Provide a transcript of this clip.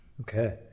Okay